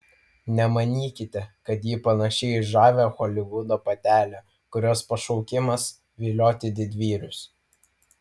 nemanykite kad ji panaši į žavią holivudo patelę kurios pašaukimas vilioti didvyrius